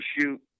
shoot